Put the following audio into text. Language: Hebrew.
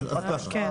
מה מידת ההשקעה?